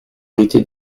vérité